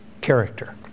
character